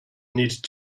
need